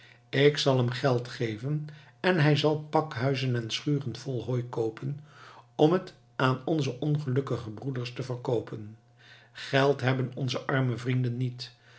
ik zal hem geld geven en hij zal pakhuizen en schuren vol hooi koopen om het aan onze ongelukkige broeders te verkoopen geld hebben onze arme vrienden niet